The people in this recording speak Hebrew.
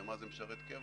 ומה זה משרת קבע,